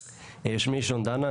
שמי שון דנה,